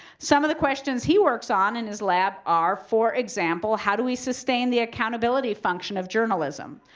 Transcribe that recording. some of the questions he works on in his lab are for example, how do we sustain the accountability function of journalism?